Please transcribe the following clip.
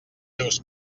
seus